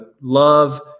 love